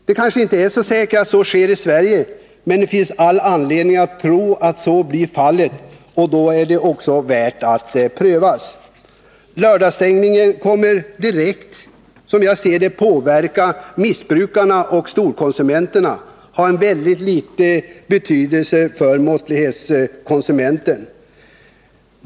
Det är inte säkert att det blir likadant i Sverige, men det finns anledning att tro att så blir fallet, och då är det också värt att prövas. Lördagsstängningen kommer att direkt påverka missbrukarna och storkonsumenterna men har mycket liten betydelse för måttlighetskonsumenterna.